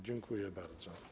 Dziękuję bardzo.